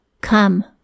Come